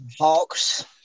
Hawks